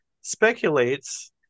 speculates